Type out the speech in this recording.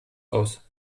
aus